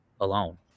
alone